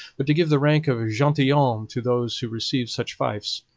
but to give the rank of gentilhomme to those who received such fiefs.